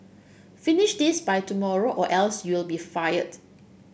finish this by tomorrow or else you'll be fired